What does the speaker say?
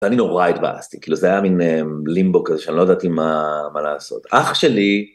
אני נורא התבאסתי, כאילו זה היה מין לימבו כזה, שאני לא ידעתי מה לעשות. אח שלי...